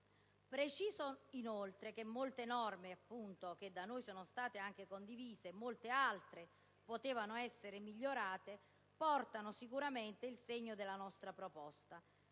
Preciso inoltre che molte norme, che appunto da noi sono state anche condivise (e molte altre potevano essere migliorate), portano sicuramente il segno della nostra proposta,